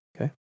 Okay